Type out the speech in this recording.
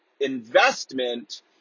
investment